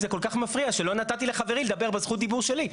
אם זה כל כך מפריע שלא נתתי לחברי לדבר בזכות דיבור שלי.